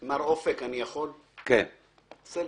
הבעיה היא מספר הלקוחות, ולא כמה